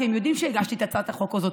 כי הם יודעים שהגשתי את הצעת החוק הזאת,